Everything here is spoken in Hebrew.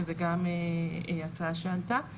שזו גם הצעה שעלתה.